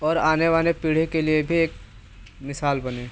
और आने वाले पीढ़ी के लिए भी एक मिसाल बने